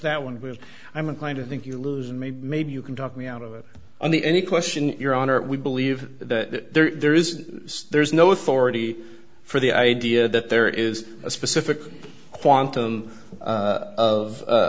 that one has i'm inclined to think you lose and maybe maybe you can talk me out of it on the any question your honor we believe that there is there is no authority for the idea that there is a specific quantum